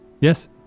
Yes